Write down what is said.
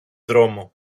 δρόμο